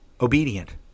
obedient